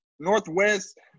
Northwest